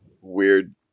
weird